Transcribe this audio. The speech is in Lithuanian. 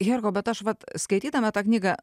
herkau bet aš vat skaitydama tą knygą